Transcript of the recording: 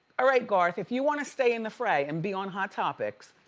ah right, garth, if you want to stay in the fray and be on hot topics,